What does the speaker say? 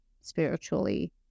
spiritually